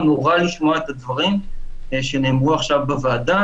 נורא לשמוע את הדברים שנאמרו עכשיו בוועדה.